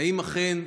האם אכן,